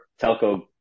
Telco